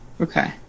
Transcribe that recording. Okay